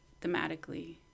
thematically